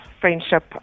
friendship